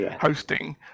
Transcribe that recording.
hosting